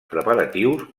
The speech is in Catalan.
preparatius